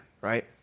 right